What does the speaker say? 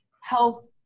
health